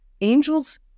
angels